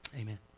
Amen